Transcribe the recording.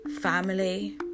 family